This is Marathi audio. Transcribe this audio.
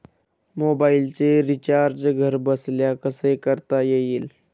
मोबाइलचे रिचार्ज घरबसल्या कसे करता येईल?